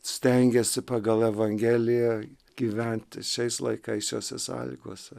stengiasi pagal evangeliją gyventi šiais laikais šiose sąlygose